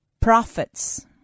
prophets